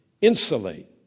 insulate